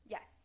Yes